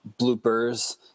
bloopers